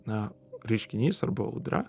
na reiškinys arba audra